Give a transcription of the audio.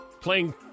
Playing